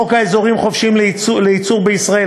70. חוק אזורים חופשיים לייצור בישראל,